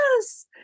Yes